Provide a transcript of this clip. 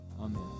Amen